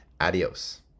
adios